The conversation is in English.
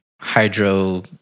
hydro